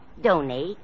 Donate